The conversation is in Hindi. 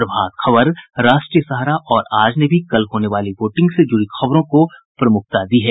प्रभात खबर राष्ट्रीय सहारा और आज ने भी कल होने वाली वोटिंग से जूड़ी खबरों को प्रमुखता दी है